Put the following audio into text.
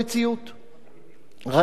ראינו שלפני שנתיים,